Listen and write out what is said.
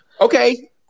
okay